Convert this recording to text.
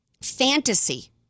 fantasy